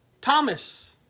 Thomas